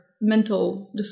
mental